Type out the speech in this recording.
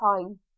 time